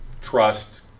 trust